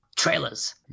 trailers